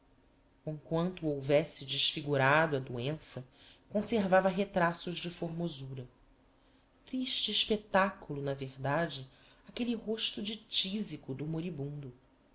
o houvesse desfigurado a doença conservava retraços de formosura triste espectaculo na verdade aquelle rosto de tisico do moribundo